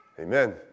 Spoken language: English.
Amen